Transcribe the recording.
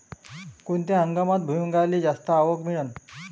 कोनत्या हंगामात भुईमुंगाले जास्त आवक मिळन?